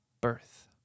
birth